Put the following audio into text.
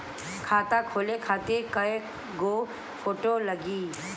खाता खोले खातिर कय गो फोटो लागी?